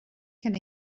cyn